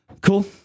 Cool